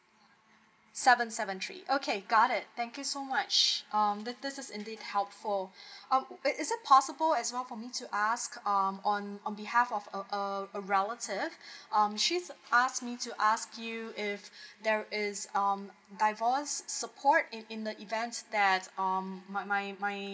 seven seven three okay got it thank you so much um this this is indeed helpful um is is it possible as well for me to ask um on on behalf of um a a relative um she's asked me to ask you if there is um divorce support in in the event that um my my my